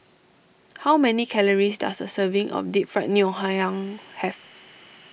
how many calories does a serving of Deep Fried Ngoh Hiang have